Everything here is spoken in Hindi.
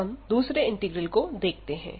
अब हम दूसरे इंटीग्रल को देखते हैं